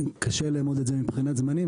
קשה לאמוד את זה מבחינת הזמנים.